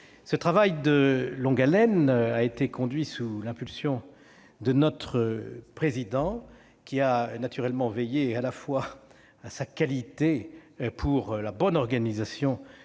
entreprise de longue haleine a été conduite sous l'impulsion du président du Sénat, qui a naturellement veillé à la fois à la qualité et à la bonne organisation